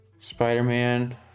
spider-man